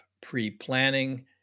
pre-planning